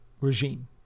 regime